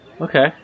Okay